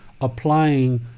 applying